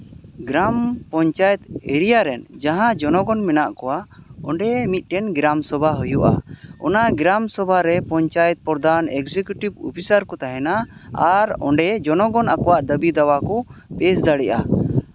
ᱜᱨᱟᱢ panchayat area ᱨᱮᱱ ᱡᱟᱦᱟᱸ ᱡᱚᱱᱚᱜᱚᱱ ᱢᱮᱱᱟᱜ ᱠᱚᱣᱟ ᱚᱸᱰᱮ ᱢᱤᱫᱴᱮᱱ ᱜᱨᱟᱢ ᱥᱚᱵᱷᱟ ᱦᱩᱭᱩᱜᱼᱟ ᱚᱱᱟ ᱜᱨᱟᱢ ᱥᱚᱵᱷᱟ ᱨᱮ ᱯᱚᱧᱪᱟᱭᱮᱛ ᱯᱨᱚᱫᱷᱟᱱ ᱮᱠᱡᱤᱠᱮᱴᱤᱵᱷ ᱚᱯᱷᱤᱥᱟᱨ ᱠᱚ ᱛᱟᱦᱮᱱᱟ ᱟᱨ ᱚᱸᱰᱮ ᱡᱚᱱᱚᱜᱚᱱ ᱟᱠᱚᱣᱟᱜ ᱫᱟᱹᱵᱤ ᱫᱟᱵᱟ ᱠᱚ ᱯᱮᱥ ᱫᱟᱲᱮᱭᱟᱜᱼᱟ